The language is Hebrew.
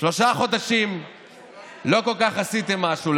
שלושה חודשים לא כל כך עשיתם משהו.